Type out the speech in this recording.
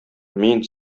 мин